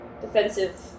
defensive